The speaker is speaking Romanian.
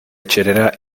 cererea